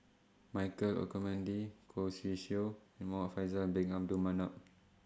Michael Olcomendy Khoo Swee Chiow and Muhamad Faisal Bin Abdul Manap